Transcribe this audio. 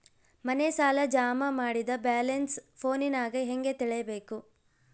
ಮನೆ ಸಾಲ ಜಮಾ ಮಾಡಿದ ಬ್ಯಾಲೆನ್ಸ್ ಫೋನಿನಾಗ ಹೆಂಗ ತಿಳೇಬೇಕು?